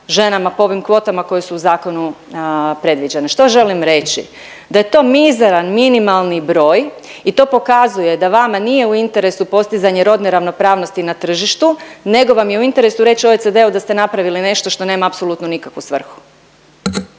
ženama po ovim kvotama koje su u zakonu predviđene? Što želim reći? Da je to mizeran, minimalni broj i to pokazuje da vama nije u interesu postizanje rodne ravnopravnosti na tržištu, nego vam je u interesu reći OECD-u da ste napravili nešto što nema apsolutno nikakvu svrhu.